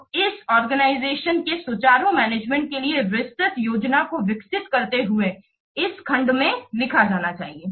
तो इस ऑर्गेनाइजेशन के सुचारू मैनेजमेंट के लिए विस्तृत योजना को विकसित करते हुए इस खंड में लिखा जाना चाहिए